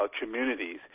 communities